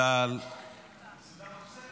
-- סיבה נוספת.